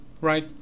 right